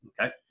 Okay